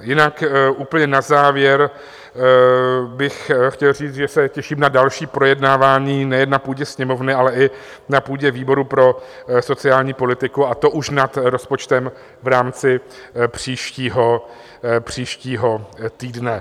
Jinak úplně na závěr bych chtěl říct, že se těším na další projednávání nejen na půdě Sněmovny, ale i na půdě výboru pro sociální politiku, a to už nad rozpočtem v rámci příštího týdne.